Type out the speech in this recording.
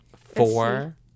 Four